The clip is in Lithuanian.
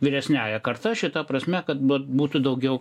vyresniąja karta šita prasme kad b būtų daugiau